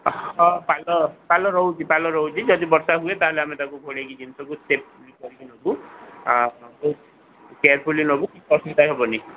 ହଁ ପାଲ ପାଲ ରହୁଛି ପାଲ ରହୁଛି ଯଦି ବର୍ଷା ହୁଏ ତାହେଲେ ଆମେ ତାକୁ ଘୋଡ଼େଇକି ଜିନିଷକୁ ସେଫ୍ କରିକି ନେବୁ ଆଉ ଆପଣଙ୍କୁ କେୟାରଫୁଲି ନେବୁ କିଛି ଅସୁବିଧା ହେବନି